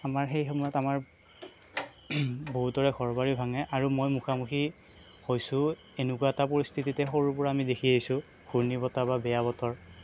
আমাৰ সেই সময়ত আমাৰ বহুতৰে ঘৰ বাৰী ভাঙে আৰু মই মুখা মুখি হৈছোঁ এনেকুৱা এটা পৰিস্থিতিতে সৰুৰ পৰা আমি দেখি আহিছোঁ ঘূৰ্ণিবতাহ বা বেয়া বতৰ